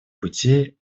путей